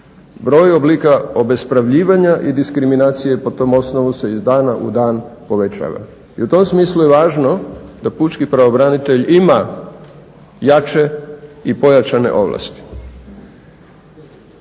Broj oblika obespravljivanja i diskriminacije po tom osnovu se iz dana u dan povećava. I u tom smislu je važno da pučki pravobranitelj ima jače i pojačane ovlasti.